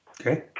Okay